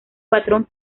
patrón